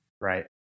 Right